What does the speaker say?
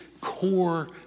core